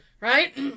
Right